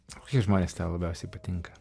o kokie žmonės tau labiausiai patinka